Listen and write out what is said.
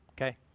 Okay